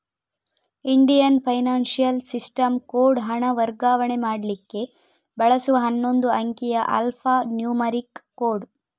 Indian financial system code ಹಣ ವರ್ಗಾವಣೆ ಮಾಡ್ಲಿಕ್ಕೆ ಬಳಸುವ ಹನ್ನೊಂದು ಅಂಕಿಯ ಆಲ್ಫಾ ನ್ಯೂಮರಿಕ್ ಕೋಡ್